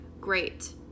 Great